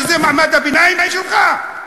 שזה מעמד הביניים שלך?